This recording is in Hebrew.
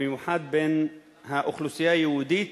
ובמיוחד בין האוכלוסייה היהודית,